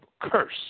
curse